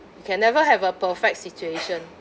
we can never have a perfect situation